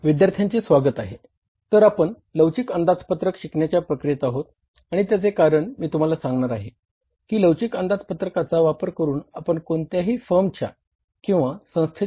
विद्यार्थ्यांचे स्वागत आहे तर आपण लवचिक अंदाजपत्रक शिकण्याच्या प्रक्रियेत आहोत आणि त्याचे कारण मी तुम्हाला सांगणार आहे की लवचिक अंदाजपत्रकाचा का जावे